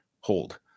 hold